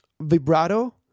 vibrato